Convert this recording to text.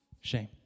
Shame